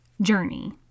journey